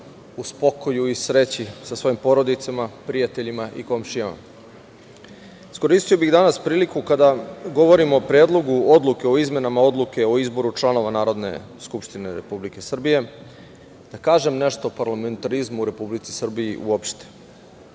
u spokoju i sreći sa svojim porodicama, prijateljima i komšijama. Iskoristio bih danas priliku kada govorimo o Predlogu odluke o izmenama Odluke o izboru članova Narodne skupštine Republike Srbije da kažem nešto o parlamentarizmu u Republici Srbiji uopšte.Za